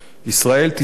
ישראל תשמח